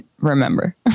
remember